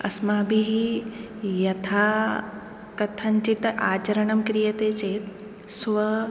अस्माभिः यथा कथञ्चित् आचरणं क्रियते चेत् स्व